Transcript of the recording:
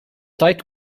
tight